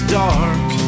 dark